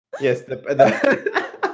Yes